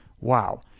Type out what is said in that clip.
Wow